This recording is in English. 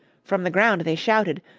from the ground they shouted,